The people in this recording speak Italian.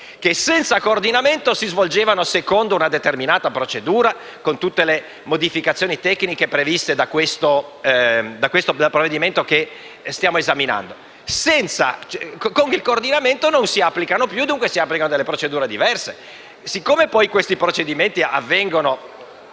che, senza coordinamento, si sarebbero svolti secondo una determinata procedura, con tutte le modifiche tecniche previste da questo provvedimento che stiamo esaminando, mentre con il coordinamento non si applicano più e si applicano delle procedure diverse. Poiché questi procedimenti si svolgono